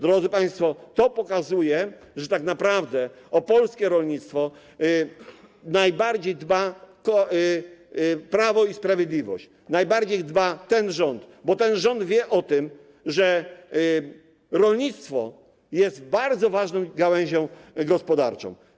Drodzy państwo, to pokazuje, że tak naprawdę o polskie rolnictwo najbardziej dba Prawo i Sprawiedliwość, najbardziej dba ten rząd, bo ten rząd wie o tym, że rolnictwo jest bardzo ważną gałęzią gospodarczą.